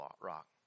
rock